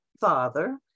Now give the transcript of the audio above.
father